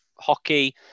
hockey